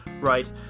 right